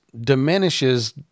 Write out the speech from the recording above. diminishes